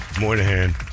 Moynihan